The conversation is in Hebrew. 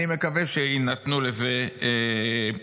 אני מקווה שיינתנו לזה פתרונות.